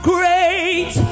Great